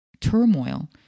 turmoil